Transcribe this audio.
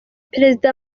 perezida